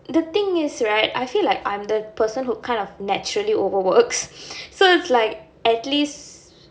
the thing is right I feel like I'm the person who kind of naturally overworks so it's like at least